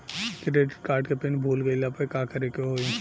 Credit card के pin भूल गईला पर का करे के होई?